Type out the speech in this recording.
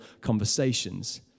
conversations